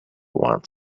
one